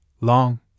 long